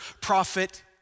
prophet